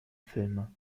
filme